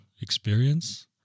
Experience